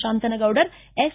Tantanagoudar S